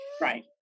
Right